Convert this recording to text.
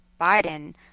Biden